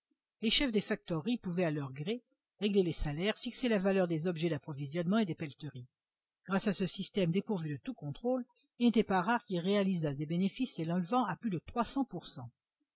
les chefs des factoreries pouvaient à leur gré régler les salaires fixer la valeur des objets d'approvisionnement et des pelleteries grâce à ce système dépourvu de tout contrôle il n'était pas rare qu'ils réalisassent des bénéfices s'élevant à plus de trois cents pour cent